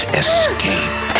escape